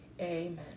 amen